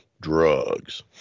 drugs